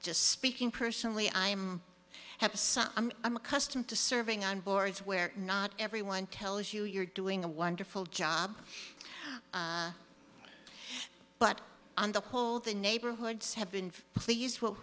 just speaking personally i'm happy i'm accustomed to serving on boards where not everyone tells you you're doing a wonderful job but on the whole the neighborhoods have been pleased with